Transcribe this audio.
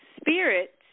spirit